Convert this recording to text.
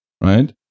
Right